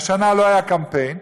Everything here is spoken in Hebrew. "השנה לא היה קמפיין",